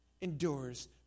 endures